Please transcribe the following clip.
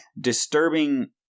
disturbing